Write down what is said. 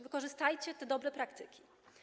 Wykorzystajcie te dobre praktyki.